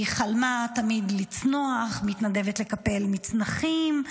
היא חלמה תמיד לצנוח, מתנדבת לקפל מצנחים.